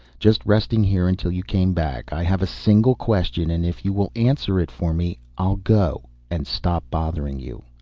just resting here until you came back. i have a single question, and if you will answer it for me i'll go and stop bothering you.